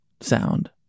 sound